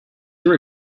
your